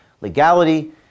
legality